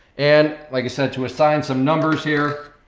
and like i said, to assign some numbers here,